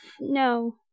no